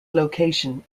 location